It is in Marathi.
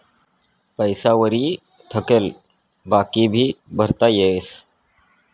पैसा वरी थकेल बाकी भी भरता येस